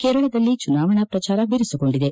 ಕೇರಳದಲ್ಲಿ ಚುನಾವಣಾ ಪ್ರಚಾರ ಬಿರುಸುಗೊಂಡಿದೆ